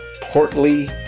portly